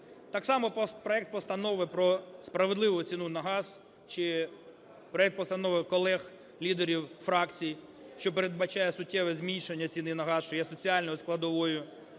Так само проект постанови про справедливу ціну на газ чи проект постанови колег-лідерів фракцій, що передбачає суттєве зменшення ціни на газ, що є соціальною складовою